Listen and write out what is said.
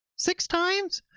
six times?